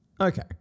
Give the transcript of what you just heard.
Okay